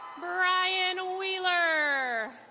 brian wheeler.